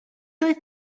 oedd